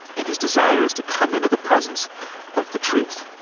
and his desire is to come into the presence of the truth.